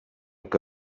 que